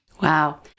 Wow